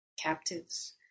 captives